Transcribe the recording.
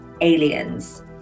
Aliens